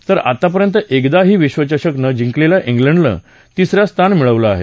तर आतापर्यंत एकदाही विश्वचषक न जिंकलेल्या क्विंडनं तिसरं स्थान मिळवलं आहे